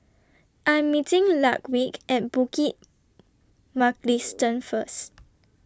I Am meeting Ludwig At Bukit Mugliston First